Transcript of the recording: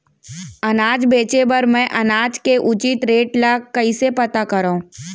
अनाज बेचे बर मैं अनाज के उचित रेट ल कइसे पता करो?